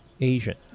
Asian